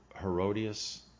Herodias